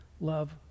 love